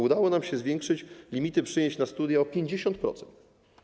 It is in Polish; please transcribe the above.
Udało nam się zwiększyć limity przyjęć na studia o 50%.